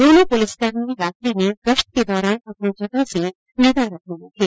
दोनो पुलिसकर्मी रात्रि में गश्त के दौरान अपनी जगह से नदारद मिले थे